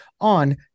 on